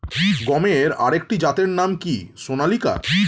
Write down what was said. গমের আরেকটি জাতের নাম কি সোনালিকা?